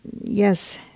yes